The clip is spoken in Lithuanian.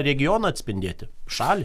regioną atspindėti šalį